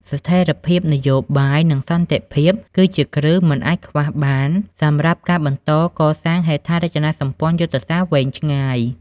ស្ថិរភាពនយោបាយ និងសន្តិភាព គឺជាគ្រឹះមិនអាចខ្វះបានសម្រាប់ការបន្តកសាងហេដ្ឋារចនាសម្ព័ន្ធយុទ្ធសាស្ត្រវែងឆ្ងាយ។